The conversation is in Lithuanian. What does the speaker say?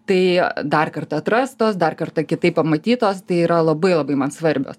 tai dar kartą atrastos dar kartą kitaip pamatytos tai yra labai labai man svarbios